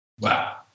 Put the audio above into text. Wow